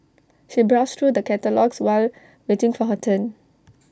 she browsed through the catalogues while waiting for her turn